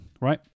Right